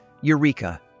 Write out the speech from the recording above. Eureka